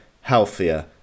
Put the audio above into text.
healthier